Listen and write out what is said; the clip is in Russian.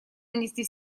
нанести